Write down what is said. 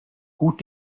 gut